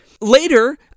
Later